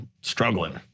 struggling